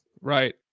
Right